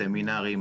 סמינרים,